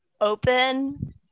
open